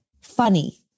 funny